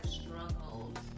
struggled